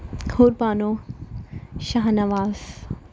Hoor Bano Shahnawaz